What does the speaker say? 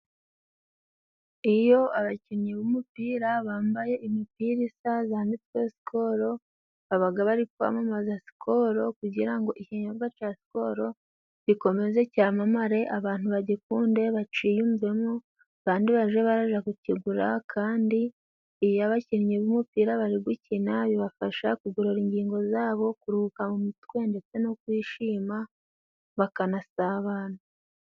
Iyo abakinnyi b'umupira bambaye imipira isa zanditsweho Sikoro, babaga bari kwamamaza Sikoro kugira ngo ikinyobwa ca Sikoro gikomeze camamare, abantu bagikunde baciyumvemo kandi baje baraja kukigura, kandi iyo abakinnyi b'umupira bari gukina bibafasha kugorora ingingo zabo, kuruhuka mu mutwe ndetse no kwishima bakanasabana.